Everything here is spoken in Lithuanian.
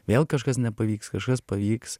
vėl kažkas nepavyks kažkas pavyks